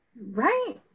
Right